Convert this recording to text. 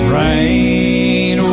rain